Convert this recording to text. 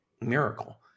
miracle